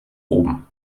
oben